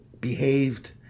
behaved